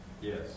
Yes